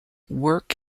work